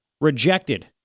rejected